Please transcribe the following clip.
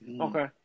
Okay